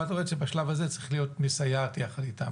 ואת אומרת שבלב הזה צריכה להיות מסייעת יחד איתם,